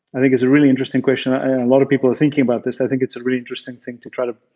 i think it's a really interesting question. a lot of people are thinking about this. i think it's a really interesting thing to try to